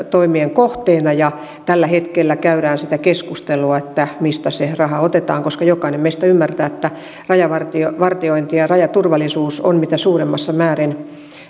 kohteena ja tällä hetkellä käydään sitä keskustelua mistä se raha otetaan koska jokainen meistä ymmärtää että rajavartiointi ja ja rajaturvallisuus ovat mitä suurimmassa määrin